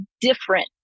different